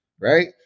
right